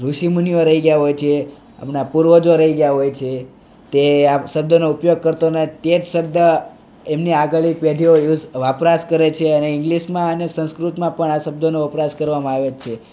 ઋષિમુનિઓ રહી ગયા હોય છે આપણા પૂર્વજો રહી ગયા હોય છે તે આપ શબ્દોનો ઉપયોગ કરતો અને તે જ શબ્દ એમની આગળની પેઢીઓ યુઝ વપરાશ કરે છે અને ઇંગ્લિશમાં અને સંસ્કૃતમાં પણ આ શબ્દોનો વપરાશ કરવામાં આવે જ છે